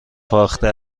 فاخته